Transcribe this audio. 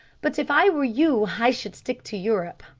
but if i were you i should stick to europe.